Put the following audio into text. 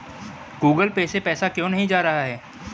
Google pay से पैसा क्यों नहीं जा रहा है?